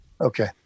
Okay